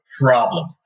problem